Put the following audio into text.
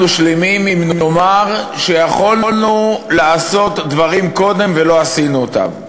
שלמים אם נאמר שיכולנו לעשות דברים קודם ולא עשינו אותם?